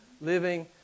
living